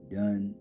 done